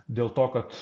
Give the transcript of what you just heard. dėl to kad